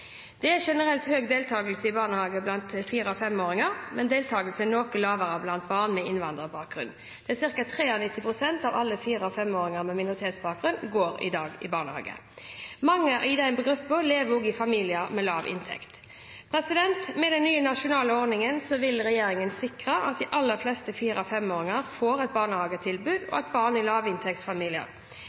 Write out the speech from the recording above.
Det er generelt høy deltakelse i barnehage blant fire- og femåringer, men deltakelsen er noe lavere blant barn med innvandrerbakgrunn. Cirka 93 pst. av alle fire- og femåringer med minoritetsbakgrunn går i dag i barnehage. Mange i denne gruppen lever også i familier med lav inntekt. Med den nye nasjonale ordningen vil regjeringen sikre at de aller fleste fire- og femåringene får et barnehagetilbud, også barn i